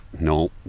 No